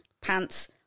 pants